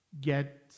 get